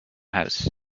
house